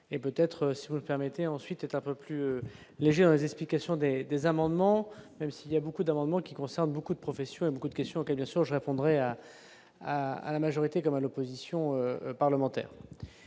et peut-être, si vous le permettez, ensuite un peu plus léger, hein, les explications des des amendements, même s'il y a beaucoup d'amendements qui concerne beaucoup de professions et beaucoup de questions auxquelles bien. Je répondrai à à à la majorité comme l'opposition parlementaire.